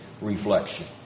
reflection